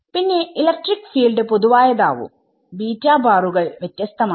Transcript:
പിന്നെ electric field പൊതുവായതാവും beta ബാറുകൾ വ്യത്യസ്തമാണ്